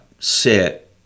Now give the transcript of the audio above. Sit